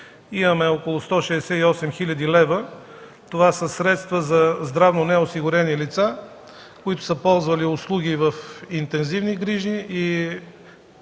Имаме около 168 хил. лв. Това са средства за здравно неосигурени лица, които са ползвали услуги в интензивни грижи